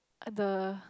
at the